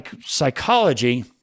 psychology